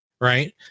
right